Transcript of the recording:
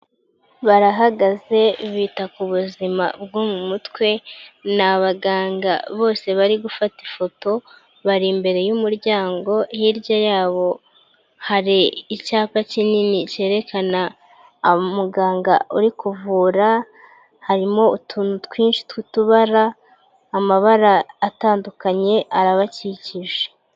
Barahagaze bita ku buzima bwo mu mutwe n abaganga bose bari gufata ifoto bari imbere y'umuryango hirya yabo hari icyapa kinini cyerekana umuganga uri kuvura harimo utuntu twinshi tw'utubara, amabara atandukanye arabakikije.